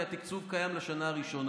כי התקציב קיים לשנה הראשונה.